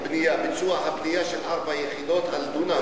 ביצוע הבנייה של ארבע יחידות על דונם,